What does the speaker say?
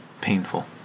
painful